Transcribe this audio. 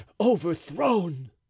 overthrown